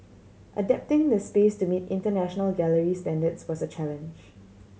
adapting the space to meet international gallery standards was a challenge